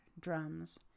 drums